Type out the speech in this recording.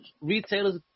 retailers